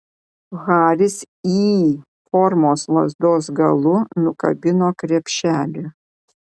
haris y formos lazdos galu nukabino krepšelį